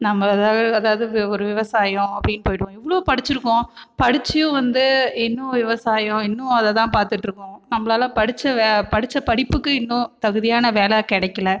நம்ம அதை அதாவது வி ஒரு விவசாயம் அப்படின்னு போய்டுறோம் இவ்வளோ படித்திருக்கோம் படித்தும் வந்து இன்னும் விவசாயம் இன்னும் அதை தான் பார்த்துட்டு இருக்கோம் நம்மளால படித்த வே படித்த படிப்புக்கு இன்னும் தகுதியான வேலை கிடைக்கல